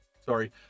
sorry